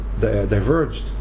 diverged